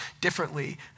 differently